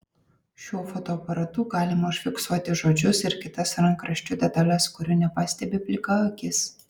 šiuo fotoaparatu galima užfiksuoti žodžius ir kitas rankraščių detales kurių nepastebi plika akis